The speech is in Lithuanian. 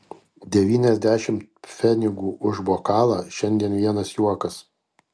devyniasdešimt pfenigų už bokalą šiandien vienas juokas